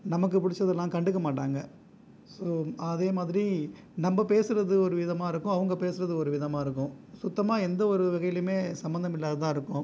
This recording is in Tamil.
நமக்கு பிடிச்சதெல்லாம் கண்டுக்க மாட்டாங்க ஸோ அதே மாதிரி நம்ம பேசுகிறது ஒரு விதமாக இருக்கும் அவங்க பேசுகிறது ஒரு விதமாக இருக்கும் சுத்தமாக எந்த ஒரு வகையிலேயுமே சம்மந்தம் இல்லாததாக இருக்கும்